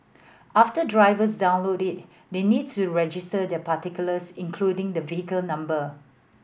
after drivers download it they need to register their particulars including the vehicle number